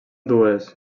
dues